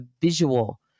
visual